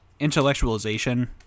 intellectualization